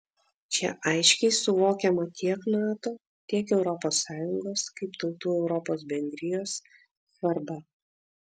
čia aiškiai suvokiama tiek nato tiek europos sąjungos kaip tautų europos bendrijos svarba